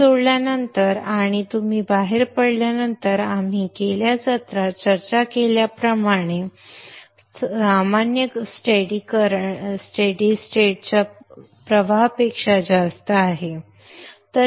हे सोडल्यानंतर आणि तुम्ही बाहेर पडल्यानंतर आम्ही गेल्या सत्रात चर्चा केल्याप्रमाणे सामान्य स्थिर स्थितीच्या प्रवाहापेक्षा जास्त आहे